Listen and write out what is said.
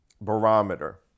barometer